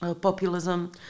populism